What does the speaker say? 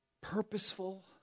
purposeful